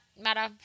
matter